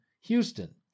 Houston